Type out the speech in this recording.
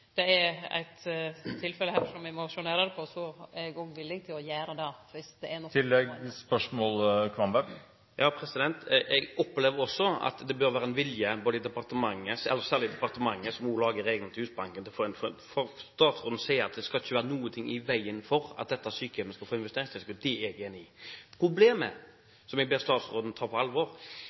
det er eit tilfelle her som me må sjå nærare på, er eg òg villig til å gjere det, dersom det er noko Jeg opplever det også slik at det bør være en vilje til dette, særlig i departementet, som også lager reglene til Husbanken, for statsråden sier at det ikke skal være noe i veien for at dette sykehjemmet skal få investeringstilskudd. Det er jeg enig i. Problemet, som jeg ber statsråden om å ta på alvor,